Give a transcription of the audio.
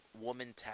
woman